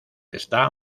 está